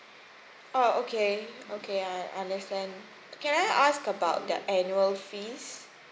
oh okay okay I understand can I ask about the annual fees